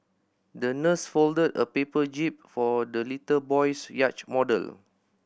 the nurse folded a paper jib for the little boy's yacht model